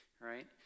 right